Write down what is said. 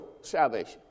salvation